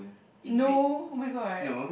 no where got